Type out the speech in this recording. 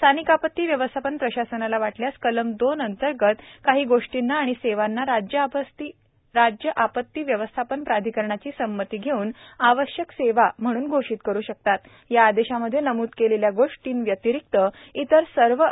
स्थानिक आपत्ती व्यवस्थापन प्रशासनाला वाटल्यास कलम दोन अंतर्गत काही गोष्टींना व सेवांना राज्य आपत्ती व्यवस्थापन प्राधिकरणाची संमती घेऊन आवश्यक सेवा म्हणून या आदेशामध्ये नमुद केलेल्या गोष्टीं व्यतिरिक्त इतर सर्व घोषित करू शकते